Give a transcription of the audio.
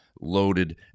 loaded